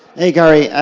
hey gary.